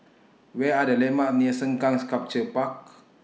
Where Are The landmarks near Sengkang Sculpture Park